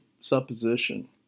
supposition